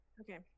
Okay